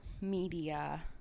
media